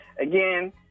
again